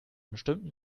bestimmten